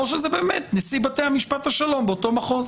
או שזה באמת נשיא בתי המשפט השלום באותו מחוז.